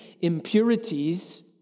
impurities